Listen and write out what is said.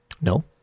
No